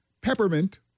peppermint